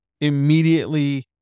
immediately